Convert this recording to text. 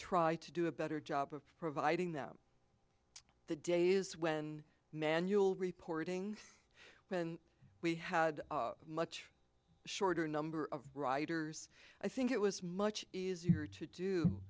try to do a better job of providing them the days when manual reporting when we had a much shorter number of riders i think it was much easier to do